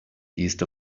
east